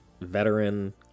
veteran